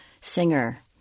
singer